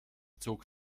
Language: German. zog